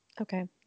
Okay